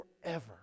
forever